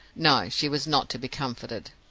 no she was not to be comforted.